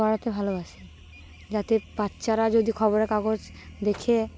পড়াতে ভালোবাসে যাতে বাচ্চারা যদি খবরের কাগজ দেখে